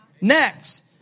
Next